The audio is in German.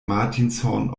martinshorn